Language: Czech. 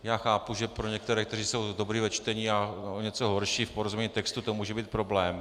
Já chápu, že pro některé, kteří jsou dobří ve čtení, já o něco horší, v porozumění textů to může být problém.